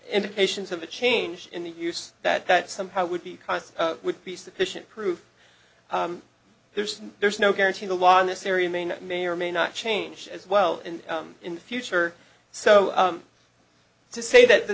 indications of a change in the use that that somehow would be const would be sufficient proof there's there's no guarantee the law in this area maine may or may not change as well and in the future so to say that the